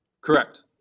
Correct